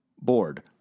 bored